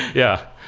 yeah.